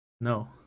no